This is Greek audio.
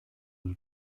του